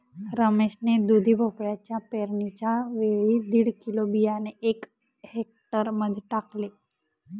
रमेश ने दुधी भोपळ्याच्या पेरणीच्या वेळी दीड किलो बियाणे एका हेक्टर मध्ये टाकले